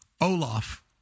Olaf